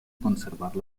conservar